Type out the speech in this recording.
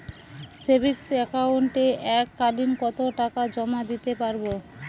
Savings একাউন্টে এক কালিন কতটাকা জমা দিতে পারব?